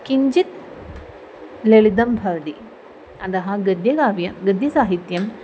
किञ्चित् ललितं भवति अतः गद्यकाव्य गद्यसाहित्यं